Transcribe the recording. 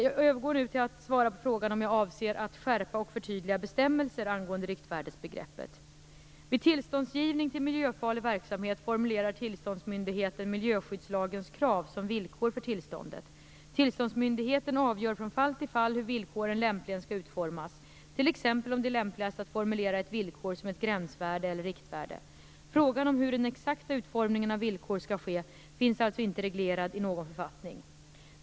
Jag övergår nu till att svara på frågan om jag avser att skärpa och förtydliga bestämmelser angående riktvärdesbegreppet. Vid tillståndsgivning till miljöfarlig verksamhet formulerar tillståndsmyndigheten miljöskyddslagens krav som villkor för tillståndet. Tillståndsmyndigheten avgör från fall till fall hur villkoren lämpligen skall utformas, t.ex. om det är lämpligast att formulera ett villkor som ett gränsvärde eller ett riktvärde. Frågan om hur den exakta utformningen av villkor skall ske finns alltså inte reglerad i någon författning.